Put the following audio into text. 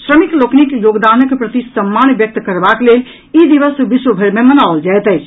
श्रमिक लोकनिक योगदानक प्रति सम्मान व्यक्त करबाक लेल ई दिवस विश्वभरि मे मनाओल जायत अछि